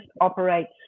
operates